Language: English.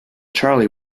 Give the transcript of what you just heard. charley